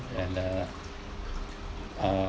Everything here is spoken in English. and the uh